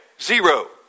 zero